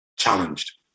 challenged